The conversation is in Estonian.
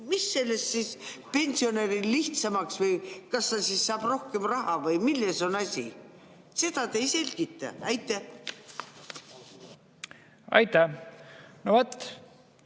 Mis sellest siis pensionäril lihtsamaks [läheb]? Kas ta siis saab rohkem raha? Või milles on asi? Seda te ei selgita. Aitäh! No